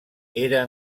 era